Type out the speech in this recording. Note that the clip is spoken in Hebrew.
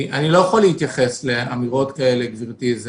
אני לא יכול להתייחס לאמירות כאלה, גברתי.